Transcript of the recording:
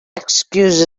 excuse